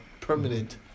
permanent